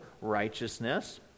righteousness